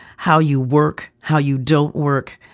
how you work, how you don't work,